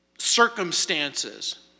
circumstances